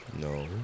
No